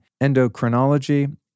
endocrinology